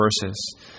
verses